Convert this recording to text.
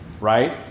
Right